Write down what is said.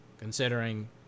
Considering